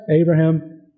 Abraham